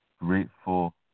grateful